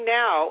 now